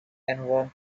enron